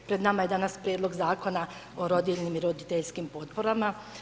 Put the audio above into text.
Pred nama je danas Prijedlog zakona o rodiljnim i roditeljskim potporama.